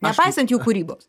nepaisant jų kūrybos